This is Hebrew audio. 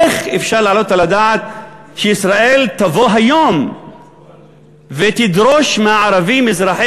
איך אפשר להעלות על הדעת שישראל תבוא היום ותדרוש מהערבים אזרחי